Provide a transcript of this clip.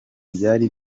byari